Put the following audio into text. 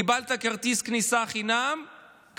קיבלת כרטיס טיסה חינם,